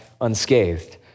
unscathed